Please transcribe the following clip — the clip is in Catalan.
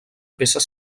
peces